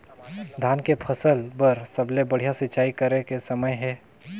धान के फसल बार सबले बढ़िया सिंचाई करे के समय हे?